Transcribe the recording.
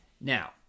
Now